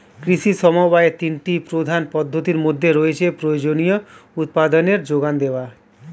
কৃষি সমবায়ের তিনটি প্রধান পদ্ধতির মধ্যে রয়েছে প্রয়োজনীয় উপাদানের জোগান দেওয়া